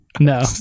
No